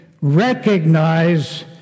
recognize